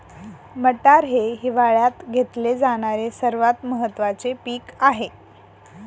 मटार हे हिवाळयात घेतले जाणारे सर्वात महत्त्वाचे पीक आहे